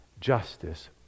Justice